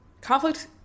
conflict